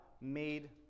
made